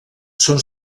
són